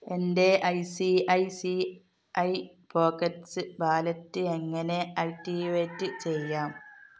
എന്റെ I C I C I pockets wallet എങ്ങനെ activate ചെയ്യാം